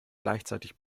gleichzeitig